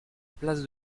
place